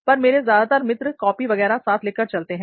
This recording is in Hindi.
पर मेरे ज्यादातर मित्र कॉपी वगैरह साथ लेकर चलते हैं